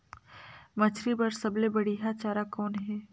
मछरी बर सबले बढ़िया चारा कौन हे?